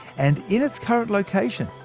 and in its current location,